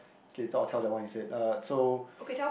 okay so I will tell that one instead uh so